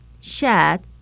shed